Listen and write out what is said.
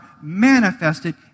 manifested